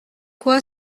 quoi